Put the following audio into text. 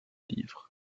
livre